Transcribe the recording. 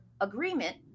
agreement